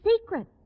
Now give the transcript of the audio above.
secret